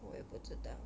我也不知道